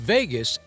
Vegas